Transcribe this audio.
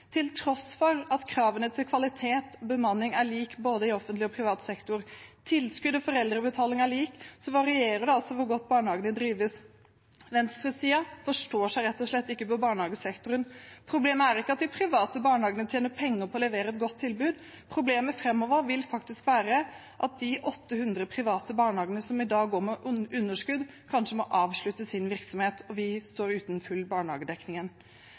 Til tross for at kravene til kvalitet og bemanning er like i offentlig og privat sektor, og tilskudd og foreldrebetaling er likt, varierer det hvor godt barnehagene drives. Venstresiden forstår seg rett og slett ikke på barnehagesektoren. Problemet er ikke at de private barnehagene tjener penger på å levere et godt tilbud, problemet framover vil faktisk være at de 800 private barnehagene som i dag går med underskudd, kanskje må avslutte sin virksomhet, slik at vi står uten full